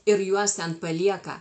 ir juos ten palieka